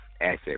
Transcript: asset